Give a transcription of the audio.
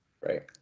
Right